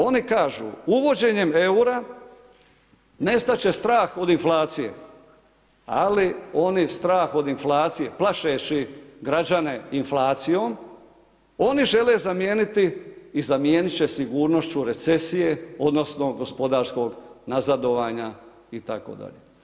Oni kažu, uvođenjem eura nestat će strah od inflacije, ali oni strah od inflacije pašeći građane inflacijom, oni žele zamijeniti i zamijenit će sigurnošću recesije, odnosno gospodarskog nazadovanja itd.